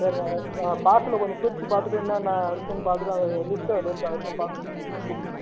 சரி பார்சலில் கொஞ்சம் பிரித்து பார்த்துட்டு என்னென்னா இருக்குதுன்னு பார்த்துட்டு அதை லிஸ்ட்டில் இருக்குது அது என்னென்னு பார்த்துட்டு கொஞ்சம் கூப்புடும்மா